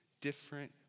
different